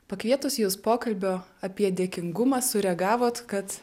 pakvietus jus pokalbio apie dėkingumą sureagavot kad